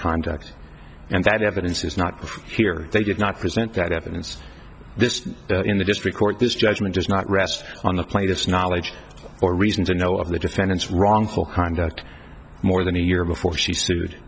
conduct and that evidence is not here they did not present that evidence this in the district court this judgement does not rest on the plaintiff's knowledge or reason to know of the defendant's wrongful conduct more than a year before she sued